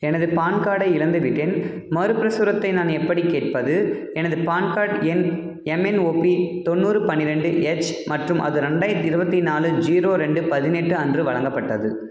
எனது பான் கார்டை இழந்துவிட்டேன் மறுப்பிரசுரத்தை நான் எப்படிக் கேட்பது எனது பான் கார்ட் எண் எம்என்ஓபி தொண்ணூறு பன்னிரெண்டு எச் மற்றும் அது ரெண்டாயிரத்தி இருபத்தி நாலு ஜீரோ ரெண்டு பதினெட்டு அன்று வழங்கப்பட்டது